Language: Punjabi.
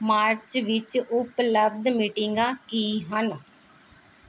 ਮਾਰਚ ਵਿੱਚ ਉਪਲਬਧ ਮੀਟਿੰਗਾਂ ਕੀ ਹਨ